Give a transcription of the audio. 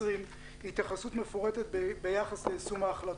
התייחסות מפורטת ביחס ליישום ההחלטות.